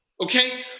okay